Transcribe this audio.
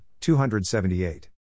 278